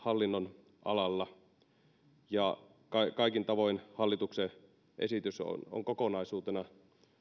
hallinnonalalla kaikin tavoin hallituksen esitys on on kokonaisuutena